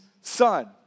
son